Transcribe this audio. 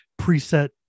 preset